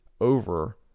over